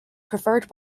preferred